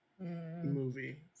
movie